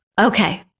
Okay